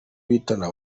bitana